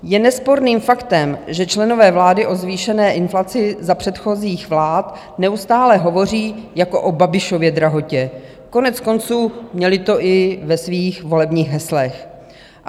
Je nesporným faktem, že členové vlády o zvýšené inflaci za předchozích vlád neustále hovoří jako o Babišově drahotě, koneckonců měli to i ve svých volebních heslech.